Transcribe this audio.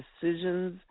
decisions